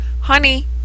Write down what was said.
Honey